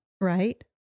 right